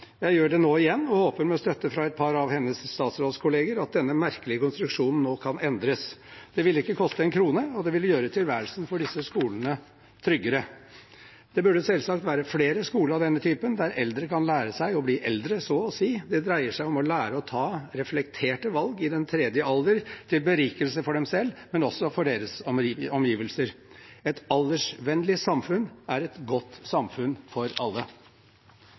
nå igjen og håper at denne merkelige konstruksjonen, med støtte fra et par av hennes statsrådskolleger, nå kan endres. Det ville ikke koste en krone, og det ville gjøre tilværelsen for disse skolene tryggere. Det burde selvsagt være flere skoler av denne typen, der eldre kan lære seg å bli eldre, så å si. Det dreier seg om å lære å ta reflekterte valg i «den tredje alder», til berikelse for seg selv og også for sine omgivelser. Et aldersvennlig samfunn er et godt samfunn for alle.